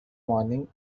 morning